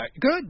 Good